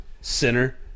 Sinner